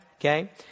Okay